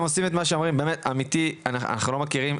עושים את מה שאתם אומרים אנחנו לא מכירים,